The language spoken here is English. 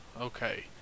Okay